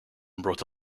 brought